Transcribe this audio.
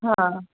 हा